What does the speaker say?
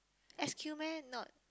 S_Q meh not